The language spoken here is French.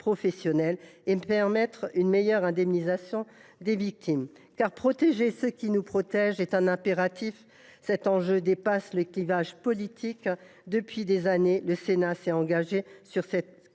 professionnelles et permettre une meilleure indemnisation des victimes. Protéger ceux qui nous protègent est un impératif, mes chers collègues. Cet enjeu dépasse les clivages politiques ; depuis des années, le Sénat s’est engagé sur cette